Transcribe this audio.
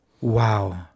Wow